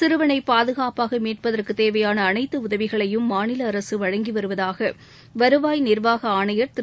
சிறுவனை பாதுகாப்பாக மீட்பதற்குத் தேவையான அனைத்து உதவிகளையும் மாநில அரசு வழங்கி வருவதாக வருவாய் நிா்வாக ஆணையா் திரு